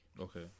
Okay